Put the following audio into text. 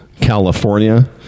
California